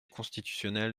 constitutionnel